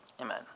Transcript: Amen